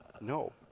No